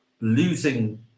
losing